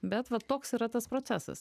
bet vat toks yra tas procesas